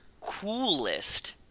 coolest